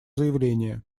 заявление